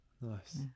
Nice